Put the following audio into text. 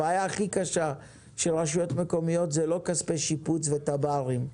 הבעיה הכי קשה של הרשויות המקומיות היא לא כספי שיפוץ ותב"רים.